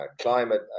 climate